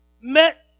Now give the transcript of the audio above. met